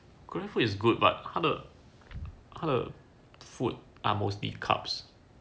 korean food is good but 他的他的 food are mostly carbs